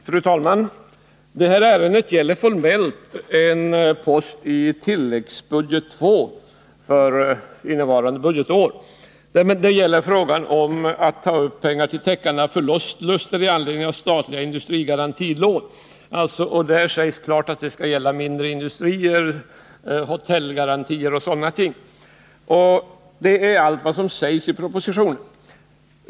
Fru talman! Detta ärende gäller formellt en post i tilläggsbudget II för innevarande budgetår. Det gäller ett anslag för täckande av förluster i anledning av statliga garantilån till mindre industrier, hotell o. d. Detta är allt vad som sägs i propositionen.